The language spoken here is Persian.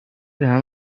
بهم